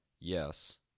yes